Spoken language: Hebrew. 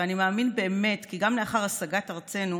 ואני מאמין באמת כי גם לאחר השגת ארצנו